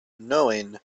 knowing